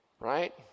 Right